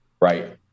right